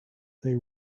they